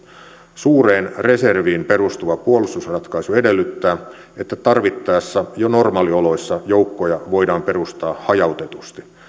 suureen reserviin perustuva puolustusratkaisu edellyttää että tarvittaessa jo normaalioloissa joukkoja voidaan perustaa hajautetusti